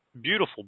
beautiful